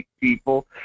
people